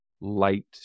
light